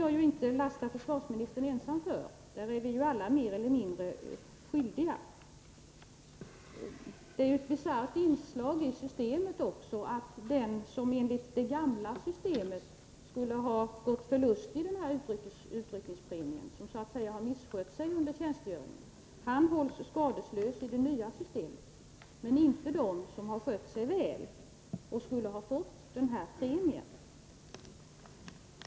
Jag kan inte lasta försvarsministern ensam för denna orättvisa — vi är ju alla mer eller mindre skyldiga. Det är också ett bisarrt inslag i förändringen att de som enligt det gamla systemet skulle ha gått förlustiga utryckningspremien — de som misskött sig under tjänstgöringen — hålls skadeslösa i det nya systemet, till skillnad från dem som skött sig väl och som skulle ha fått premien.